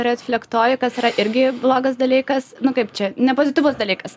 retflektuoju kas yra irgi blogas dalykas nu kaip čia ne pozityvus dalykas